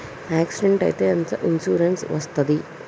Accident అయితే ఎంత insurance వస్తది?